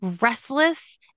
restless